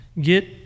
get